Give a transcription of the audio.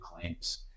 claims